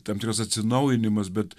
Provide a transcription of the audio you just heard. tamprios atsinaujinimas bet